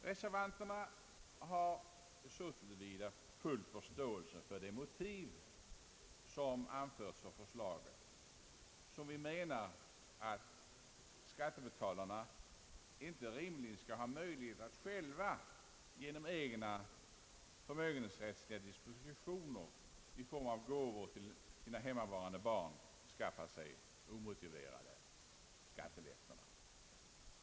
Reservanterna har så till vida full förståelse till de motiv som anföres för förslaget, som vi menar att skattebetalarna inte rimligen skall ha möjlighet att själva, genom egna förmögenhetsrättsliga dispositioner i form av gåvor till sina hemmavarande barn, skaffa sig omotiverade skattelättnader.